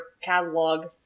catalog